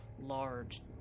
large